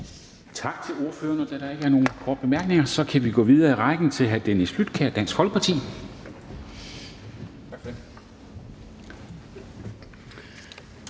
Tak til ordføreren, og da der ikke er nogen korte bemærkninger, kan vi gå videre i rækken til hr. Dennis Flydtkjær, Dansk Folkeparti.